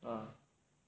ah